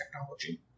technology